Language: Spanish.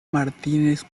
martínez